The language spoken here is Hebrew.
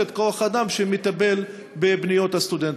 את כוח-האדם שמטפל בפניות הסטודנטים.